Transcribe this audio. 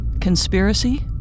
Conspiracy